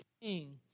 king